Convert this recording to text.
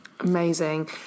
Amazing